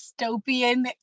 dystopian